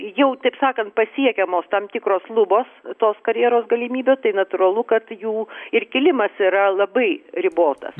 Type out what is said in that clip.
jau taip sakant pasiekiamos tam tikros lubos tos karjeros galimybių tai natūralu kad jų ir kilimas yra labai ribotas